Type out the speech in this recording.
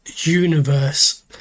universe